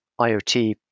IoT